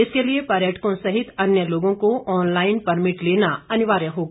इसके लिए पर्यटकों सहित अन्य लोगों को ऑनलाईन परमिट लेना अनिवार्य होगा